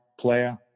player